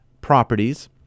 properties